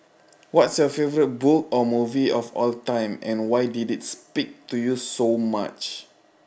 what's your favourite book or movie of all time and why did it speak to you so much